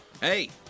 Hey